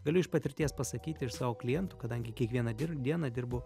galiu iš patirties pasakyti iš savo klientų kadangi kiekvieną dieną dirbu